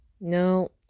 No